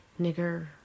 nigger